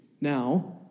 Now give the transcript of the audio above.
Now